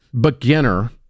beginner